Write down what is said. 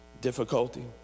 difficulty